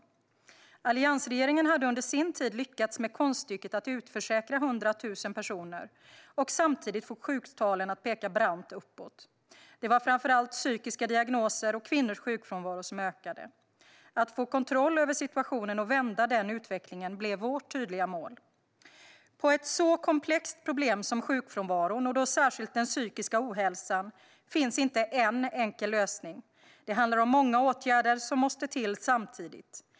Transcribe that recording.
Alliansregeringen hade under sin tid lyckats med konststycket att utförsäkra 100 000 personer och samtidigt få sjuktalen att peka brant uppåt. Det var framför allt psykiska diagnoser och kvinnors sjukfrånvaro som ökade. Att få kontroll över situationen och vända utvecklingen blev vårt tydliga mål. På ett så komplext problem som sjukfrånvaron, och då särskilt den psykiska ohälsan, finns inte en enkel lösning; det handlar om många åtgärder som måste till samtidigt.